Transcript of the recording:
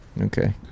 Okay